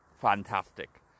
fantastic